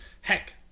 Heck